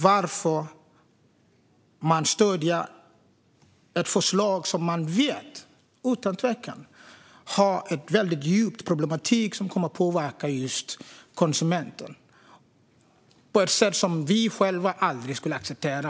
Varför stöder man ett förslag när man vet att det utan tvekan finns en djup problematik som kommer att påverka just konsumenten, och det på ett sätt som vi själva aldrig skulle acceptera?